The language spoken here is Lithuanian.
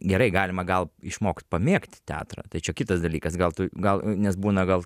gerai galima gal išmokt pamėgt teatrą tai čia kitas dalykas gal tu gal nes būna gal